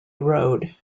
road